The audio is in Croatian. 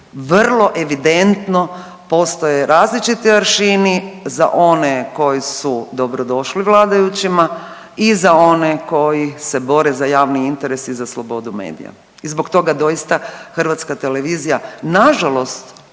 vrlo evidentno postoje različiti aršini za one koji su dobrodošli vladajućima i za one koji se bore za javni interes i za slobodu medija. I zbog toga doista hrvatska televizija nažalost